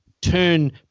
turn